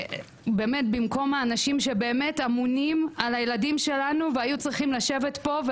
במקום שהאנשים שאמונים על הילדים שלנו ישבו פה,